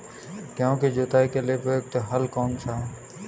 गेहूँ की जुताई के लिए प्रयुक्त हल कौनसा है?